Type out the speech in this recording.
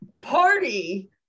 party